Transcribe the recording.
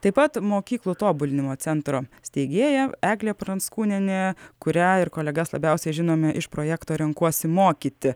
taip pat mokyklų tobulinimo centro steigėja eglė pranckūnienė kurią ir kolegas labiausia žinome iš projekto renkuosi mokyti